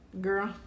girl